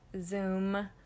Zoom